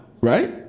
right